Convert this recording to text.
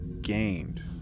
gained